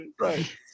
right